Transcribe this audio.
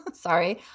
sorry.